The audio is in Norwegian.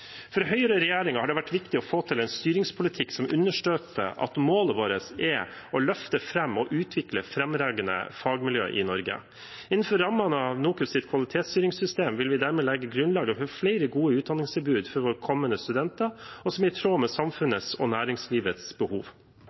har det vært viktig å få til en styringspolitikk som understøtter at målet vårt er å løfte fram og utvikle fremragende fagmiljøer i Norge. Innenfor rammene av NOKUTs kvalitetsstyringssystem vil vi dermed legge grunnlaget for flere gode utdanningstilbud for kommende studenter, som er i tråd med samfunnets og næringslivets behov.